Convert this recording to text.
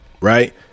Right